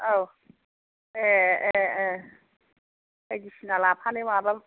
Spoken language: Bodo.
औ ए ए ए बायदिसिना लाफानो मागोन